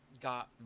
got